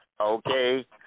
okay